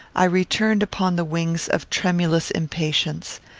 i returned upon the wings of tremulous impatience.